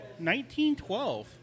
1912